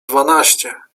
dwanaście